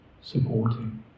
supporting